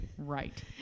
Right